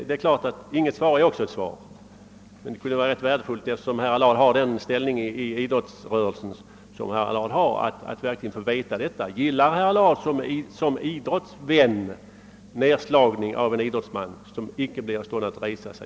Det är klart att inget svar är också ett svar, men eftersom herr Allard har den ställning inom idrottsrörelsen som han har skulle det vara värdefullt att få veta, om han som idrottsvän gillar nedslagning av en idrottsman, så att denne inte blir i stånd att resa sig.